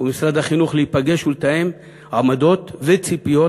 ובמשרד החינוך להיפגש ולתאם עמדות וציפיות,